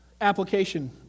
Application